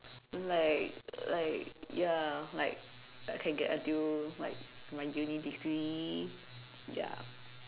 like like ya like like can get until like my uni degree ya